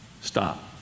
Stop